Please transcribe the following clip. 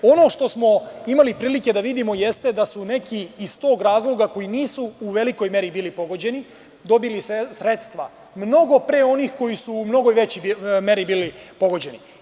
Ono što smo imali prilike da vidimo jeste da su neki iz tog razloga, koji nisu u velikoj meri bili pogođeni, dobili sredstva mnogo pre onih koji suu mnogo većoj meri bili pogođeni.